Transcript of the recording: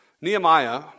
Nehemiah